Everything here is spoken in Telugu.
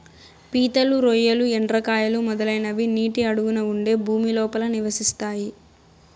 పీతలు, రొయ్యలు, ఎండ్రకాయలు, మొదలైనవి నీటి అడుగున ఉండే భూమి లోపల నివసిస్తాయి